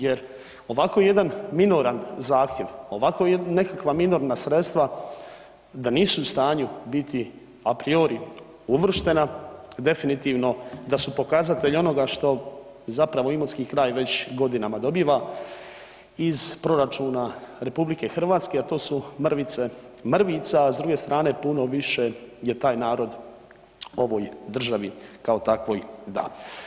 Jer ovako jedan minoran zahtjev, ovako nekakva minorna sredstva da nisu u stanju biti a priori uvrštena definitivno da su pokazatelj onoga što zapravo Imotski kraj već godinama dobiva iz proračuna RH, a to su mrvice mrvica, a s druge strane puno više je taj narod ovoj državi kao takvoj dao.